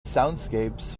soundscapes